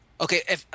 Okay